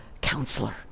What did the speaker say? Counselor